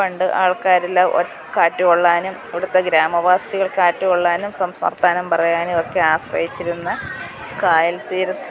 പണ്ട് ആൾക്കാരില്ല കാറ്റ് കൊള്ളാനും ഇവിടുത്തെ ഗ്രാമവാസികൾ കാറ്റ് കൊള്ളാനും സംസ വർത്താനം പറയാനും ഒക്കെ ആശ്രയിച്ചിരുന്ന കായൽ തീരത്ത്